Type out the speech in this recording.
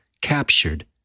captured